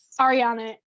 Ariana